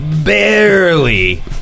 Barely